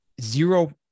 zero